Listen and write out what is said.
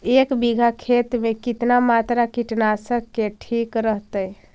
एक बीघा खेत में कितना मात्रा कीटनाशक के ठिक रहतय?